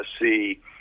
see